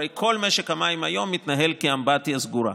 הרי כל משק המים היום מתנהל כאמבטיה סגורה,